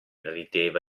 rideva